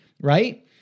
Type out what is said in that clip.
right